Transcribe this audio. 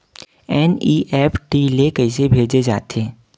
NEFT ले कइसे भेजे जाथे?